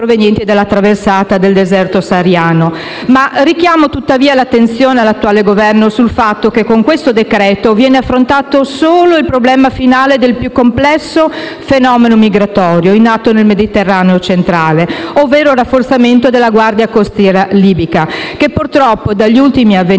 traversata del deserto sahariano. Richiamo tuttavia l'attenzione del Governo sul fatto che con questo decreto-legge viene affrontato solo il problema finale del più complesso fenomeno migratorio in atto nel Mediterraneo centrale, ovvero, il rafforzamento della Guardia costiera libica, che - come purtroppo si è capito dagli ultimi avvenimenti -